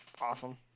awesome